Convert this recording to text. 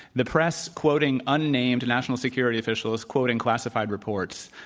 the press, quoting unnamed national security officials, quoting classified reports,